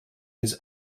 his